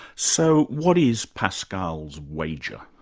so, what is pascal's wager?